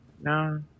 No